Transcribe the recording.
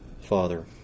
Father